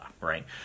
right